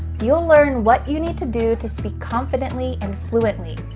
you'll learn what you need to do to speak confidently and fluently.